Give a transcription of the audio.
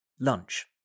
lunch